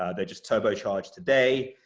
ah they're just turbo-charged today.